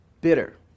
bitter